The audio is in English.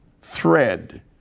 thread